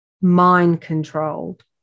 mind-controlled